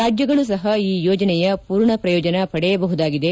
ರಾಜ್ಯಗಳು ಸಪ ಈ ಯೋಜನೆಯ ಮೂರ್ಣ ಪ್ರಯೋಜನ ಪಡೆಯಬಹುದಾಗಿದೆ